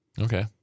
Okay